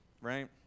right